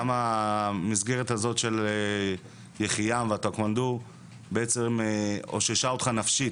כמה המסגרת הזאת של יחיעם והטקוונדו בעצם אוששה אותך נפשית?